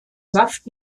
saft